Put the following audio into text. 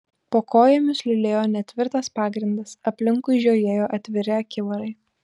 po kojomis liulėjo netvirtas pagrindas aplinkui žiojėjo atviri akivarai